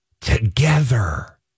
together